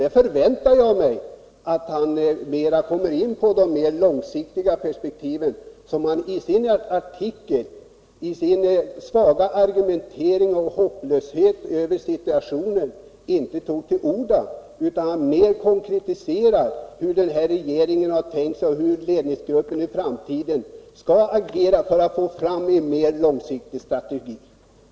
Jag förväntar mig att han mer kommer in på de långsiktiga — Nr 160 perspektiven. I sin artikel, i sin svaga argumentering och hopplöshet inför Torsdagen den situationen, tog han inte till orda utan konkretiserade hur regeringen har 1 juni 1978 tänkt sig att ledningsgruppen i framtiden skall agera för att få fram en mer långsiktig strategi.